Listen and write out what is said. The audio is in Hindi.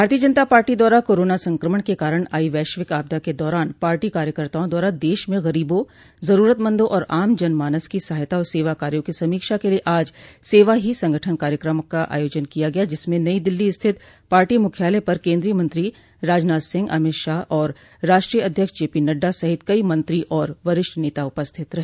भारतीय जनता पार्टी द्वारा कोरोना संक्रमण के कारण आई वैश्विक आपदा के दौरान पार्टी कार्यकर्ताओं द्वारा देश में गरीबों जरूरतमंदों और आम जन मानस की सहायता और सेवा कार्यो की समीक्षा के लिये आज सेवा ही संगठन कार्यक्रम का आयोजन किया गया जिसमें नई दिल्ली स्थित पार्टी मुख्यालय पर केन्द्रीय मंत्री राजनाथ सिंह अमित शाह और राष्ट्रीय अध्यक्ष जेपी नड्डा सहित कई मंत्री और वरिष्ठ नेता उपस्थित रहे